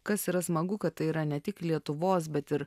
kas yra smagu kad tai yra ne tik lietuvos bet ir